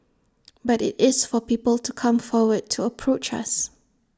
but IT is for people to come forward to approach us